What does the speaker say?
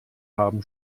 haben